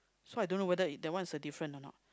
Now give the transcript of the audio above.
so I don't know whether it that one is a different or not